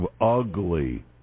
ugly